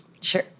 Sure